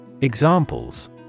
Examples